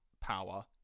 power